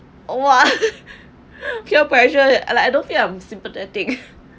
!wah! peer pressure like I don't feel I'm sympathetic